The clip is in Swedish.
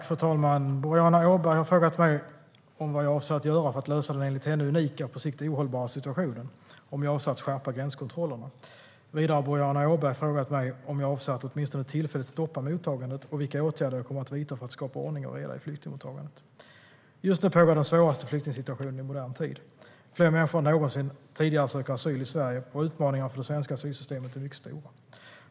Fru talman! Boriana Åberg har frågat mig vad jag avser att göra för att lösa den enligt henne unika och på sikt ohållbara situationen och om jag avser att skärpa gränskontrollerna. Vidare har Boriana Åberg frågat mig om jag avser att åtminstone tillfälligt stoppa mottagandet och vilka åtgärder jag kommer att vidta för att skapa ordning och reda i flyktingmottagandet. Just nu pågår den svåraste flyktingsituationen i modern tid. Fler människor än någonsin tidigare söker asyl i Sverige, och utmaningarna för det svenska asylsystemet är mycket stora.